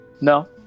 No